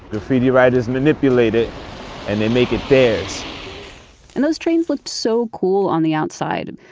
graffiti writers manipulate it and they make it theirs and those trains looked so cool on the outside.